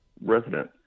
resident